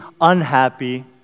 unhappy